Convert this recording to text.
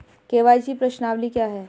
KYC प्रश्नावली क्या है?